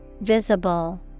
Visible